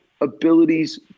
abilities